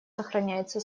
сохраняются